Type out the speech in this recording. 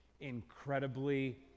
incredibly